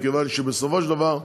מכיוון שבסופו של דבר,